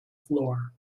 floor